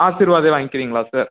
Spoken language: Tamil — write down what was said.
ஆசிர்வாதே வாய்ங்க்கிறீங்களா சார்